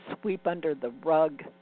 sweep-under-the-rug